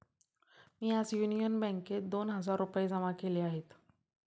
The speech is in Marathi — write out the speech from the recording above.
मी आज युनियन बँकेत दोन हजार रुपये जमा केले आहेत